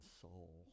soul